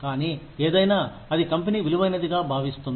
కానీ ఏదైనా అది కంపెనీ విలువైనదిగా భావిస్తుంది